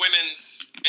women's